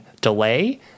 delay